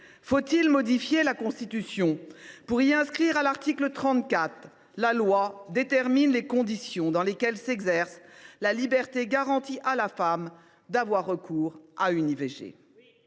faut il modifier la Constitution pour inscrire à son article 34 que « la loi détermine les conditions dans lesquelles s’exerce la liberté garantie à la femme d’avoir recours à une